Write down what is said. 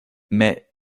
mais